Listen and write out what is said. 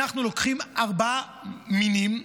אנחנו לוקחים ארבעה מינים,